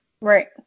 right